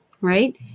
right